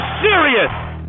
serious